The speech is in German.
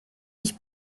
ich